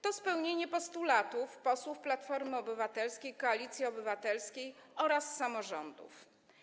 To spełnienie postulatów posłów Platformy Obywatelskiej - Koalicji Obywatelskiej oraz samorządów.